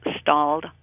stalled